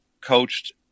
coached